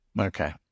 Okay